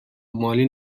مالی